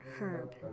herb